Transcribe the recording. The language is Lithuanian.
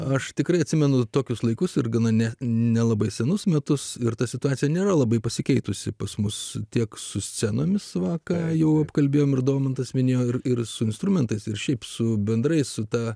aš tikrai atsimenu tokius laikus ir gana net nelabai senus metus ir ta situacija nėra labai pasikeitusi pas mus tiek su scenomis va ką jau apkalbėjome ir domantas minėjo ir ir su instrumentais ir šiaip su bendrai su ta